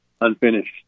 unfinished